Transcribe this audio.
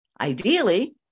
ideally